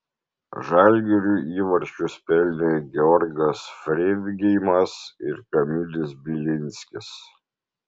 žalgiriui įvarčius pelnė georgas freidgeimas ir kamilis bilinskis